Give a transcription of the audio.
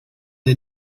the